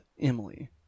emily